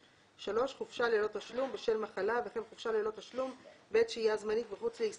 (3) חופשה ללא תשלום בשל מחלה וכן חופשה בלא תשלום בעת שהייה זמנית מחוץ